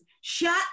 shut